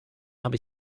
habe